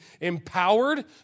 empowered